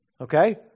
Okay